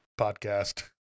podcast